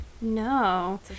no